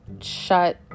shut